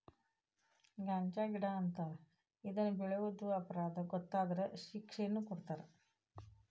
ಗಾಂಜಾಗಿಡಾ ಅಂತಾರ ಇದನ್ನ ಬೆಳಿಯುದು ಅಪರಾಧಾ ಗೊತ್ತಾದ್ರ ಶಿಕ್ಷೆನು ಕೊಡತಾರ